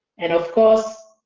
and of course,